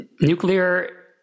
nuclear